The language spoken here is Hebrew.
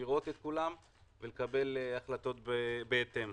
לראות את כולם ולקבל החלטות בהתאם.